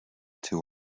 two